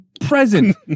present